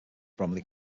bromley